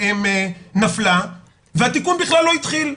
נפלה ותיקון בכלל לא התחיל.